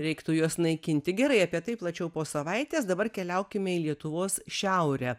reiktų juos naikinti gerai apie tai plačiau po savaitės dabar keliaukime į lietuvos šiaurę